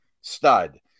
stud